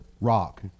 rock